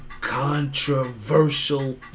controversial